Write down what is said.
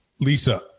Lisa